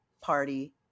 party